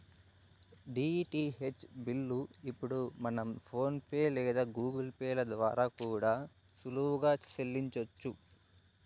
DTH bill ఇప్పుడు మనం PhonePe లేదా గూగుల్ పే ల ద్వారా కూడా సులువుగా సెల్లించొచ్చు